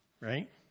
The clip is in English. Right